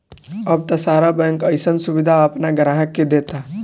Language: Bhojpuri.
अब त सारा बैंक अइसन सुबिधा आपना ग्राहक के देता